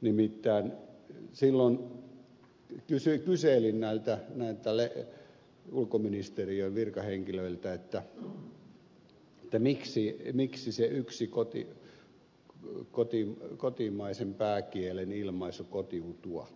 nimittäin silloin kyselin näiltä ulkoministeriön virkahenkilöiltä miksi se yksi kotimaisen pääkielen ilmaisu kotiutua